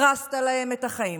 הרסת להם את החיים,